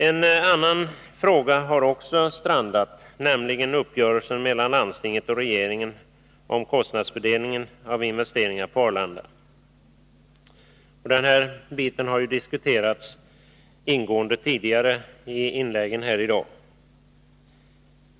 En annan fråga har också strandat, nämligen uppgörelsen mellan landstinget och regeringen om kostnadsfördelningen när det gäller investeringarna på Arlanda. Den här biten har ju diskuterats ingående tidigare i inläggen i dag.